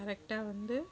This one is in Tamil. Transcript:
கரெக்டாக வந்து